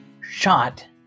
shot